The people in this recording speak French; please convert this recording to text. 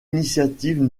initiative